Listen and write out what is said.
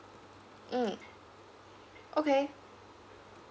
mm okay